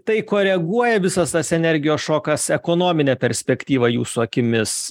tai koreguoja visas tas energijos šokas ekonomine perspektyva jūsų akimis